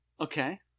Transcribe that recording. Okay